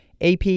AP